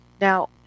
Now